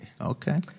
Okay